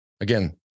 Again